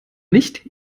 nicht